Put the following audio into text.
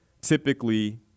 typically